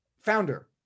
founder